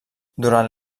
durant